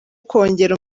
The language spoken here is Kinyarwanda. kongera